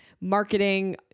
marketing